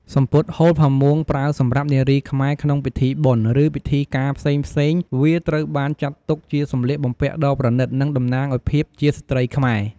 សំពត់ហូលផាមួងប្រើសម្រាប់នារីខ្មែរក្នុងពិធីបុណ្យ ឬពិធីការផ្សេងៗវាត្រូវបានចាត់ទុកជាសម្លៀកបំពាក់ដ៏ប្រណិត និងតំណាងឱ្យភាពជាស្រ្តីខ្មែរ។